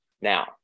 Now